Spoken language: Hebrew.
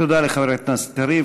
תודה לחברת הכנסת קריב.